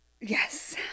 yes